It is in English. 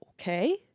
okay